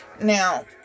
Now